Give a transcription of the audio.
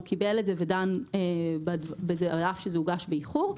הוא קיבל את זה ודן על אף שזה הוגש באיחור,